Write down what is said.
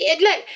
Look